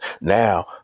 Now